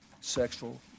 sexual